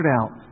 out